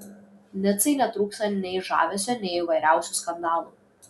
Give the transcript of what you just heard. nicai netrūksta nei žavesio nei įvairiausių skandalų